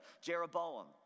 Jeroboam